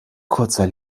kurzer